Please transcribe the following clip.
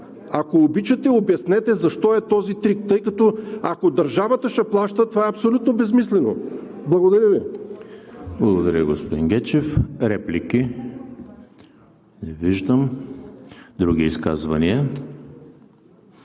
Ако обичате, обяснете защо е този трик? Тъй като, ако държавата ще плаща, това е абсолютно безсмислено! Благодаря ви! ПРЕДСЕДАТЕЛ ЕМИЛ ХРИСТОВ: Благодаря, господин Гечев. Реплики? Не виждам. Други изказвания?